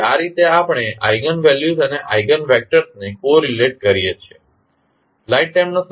તેથી આ રીતે આપણે આઇગન વેલ્યુસ અને આઇગન વેક્ટર્સ ને કોરીલેટ કરીએ છીએ